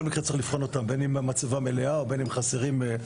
בין אם המצבה מלאה ובין אם חסרה.